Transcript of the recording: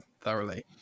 thoroughly